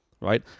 right